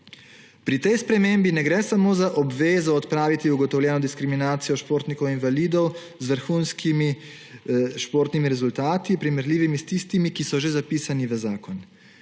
Pri tej spremembi ne gre samo za obvezo odpraviti ugotovljeno diskriminacijo športnikov invalidov z vrhunskimi športnimi rezultati v primerljivimi s tistimi, ki so že zapisani v zakon.